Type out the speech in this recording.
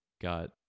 got